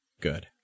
Good